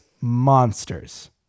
Monsters